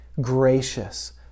gracious